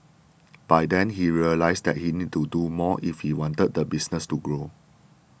by then he realised that he need to do more if he wanted the business to grow